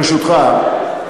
ברשותך,